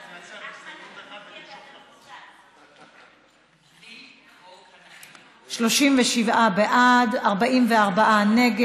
קבוצת סיעת הרשימה המשותפת וקבוצת סיעת המחנה הציוני לסעיף 4 לא נתקבלה.